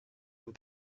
and